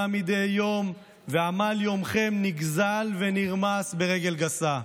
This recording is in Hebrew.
מדי יום ועמל יומכם נגזל ונרמס ברגל גסה,